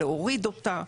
להוריד אותה,